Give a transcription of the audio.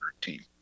team